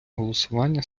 голосування